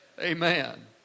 Amen